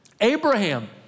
Abraham